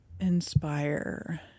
inspire